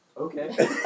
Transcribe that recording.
okay